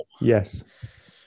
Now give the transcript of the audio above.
Yes